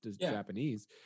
Japanese